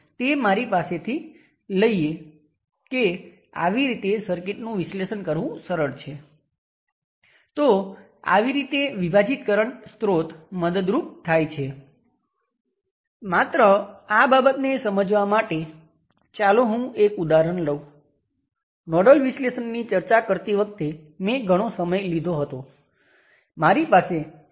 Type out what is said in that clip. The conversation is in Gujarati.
તેથી V ટેસ્ટ પણ 1 કિલો Ω × Ix છે